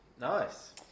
nice